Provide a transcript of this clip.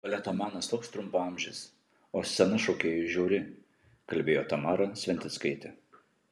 baleto menas toks trumpaamžis o scena šokėjui žiauri kalbėjo tamara sventickaitė